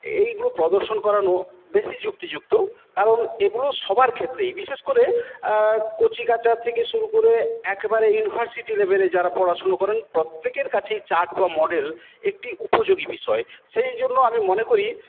এইগুলো প্রদর্শন করানো বেশি যুক্তিযুক্ত কারণ এগুলো সবার ক্ষেত্রেই বিশেষ করে কচিকাচা থেকে শুরু করে একবারে ইউনিভার্সিটি লেভেলে যারা পড়াশুনো করেন প্রত্যেকের কাছেই চার্ট বা মডেল একটি উপযোগী বিষয় সেইজন্য আমি মনে করি